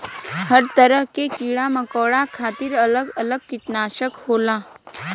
हर तरह के कीड़ा मकौड़ा खातिर अलग अलग किटनासक होला